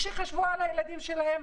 תחשבו על הילדים שלכם,